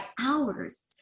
hours